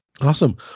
awesome